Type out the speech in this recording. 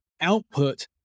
output